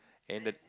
and the